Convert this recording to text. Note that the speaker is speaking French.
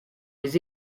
les